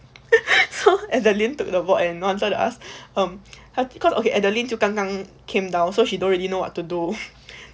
so adeline took the board and trying to ask um how okay so adeline 就刚刚 came down so she don't really know what to do